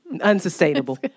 Unsustainable